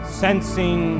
sensing